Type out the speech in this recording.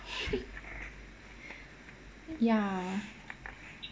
ya